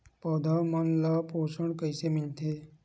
पौधा मन ला पोषण कइसे मिलथे?